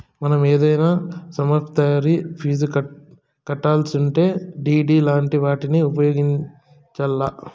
మనం ఏదైనా సమస్తరి ఫీజు కట్టాలిసుంటే డిడి లాంటి వాటిని ఉపయోగించాల్ల